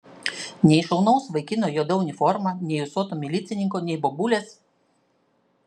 nei šaunaus vaikino juoda uniforma nei ūsuoto milicininko nei bobulės